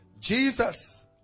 Jesus